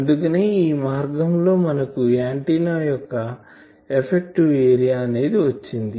అందుకనే ఈ మార్గం లో మనకు ఆంటిన్నా యొక్క ఎఫెక్టివ్ ఏరియా అనేది వచ్చింది